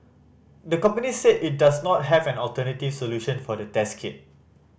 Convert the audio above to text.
the company said it does not have an alternative solution for the test kit